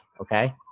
Okay